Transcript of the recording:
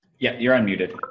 yeah you're unmuted.